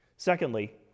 Secondly